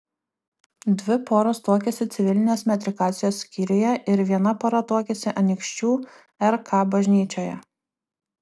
dvi poros tuokėsi civilinės metrikacijos skyriuje ir viena pora tuokėsi anykščių rk bažnyčioje